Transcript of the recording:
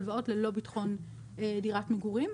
הלוואות ללא בטחון דירת מגורים.